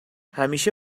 همیشه